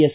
S